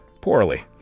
poorly